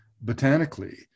botanically